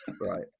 Right